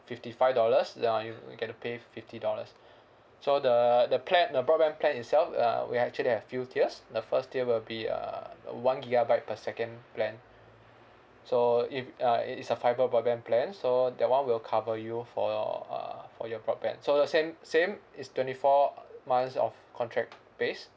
fifty five dollars uh you you get to pay fifty dollars so the the pla~ the broadband plan itself uh we actually have few tiers the first tier will be uh one gigabyte per second plan so if uh it is a fibre broadband plan so that [one] will cover you for your uh for your broadband so the same same is twenty four months of contract based